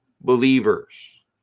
believers